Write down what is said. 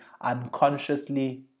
unconsciously